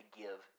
give